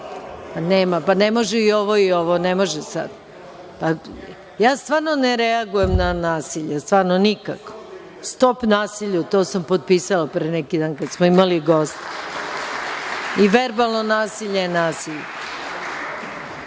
Pa, ne može i ovo i ovo. Ne može sada. Ja stvarno ne reagujem na nasilje, stvarno nikako. Stop nasilju to sam potpisala pre neki dan kada smo imali goste i verbalno nasilje je nasilje.